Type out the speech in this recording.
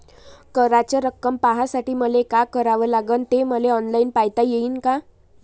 कराच रक्कम पाहासाठी मले का करावं लागन, ते मले ऑनलाईन पायता येईन का?